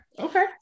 Okay